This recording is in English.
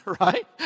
right